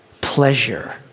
pleasure